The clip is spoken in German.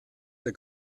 der